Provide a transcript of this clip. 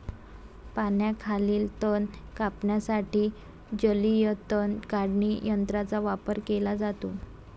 पाण्याखालील तण कापण्यासाठी जलीय तण काढणी यंत्राचा वापर केला जातो